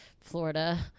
Florida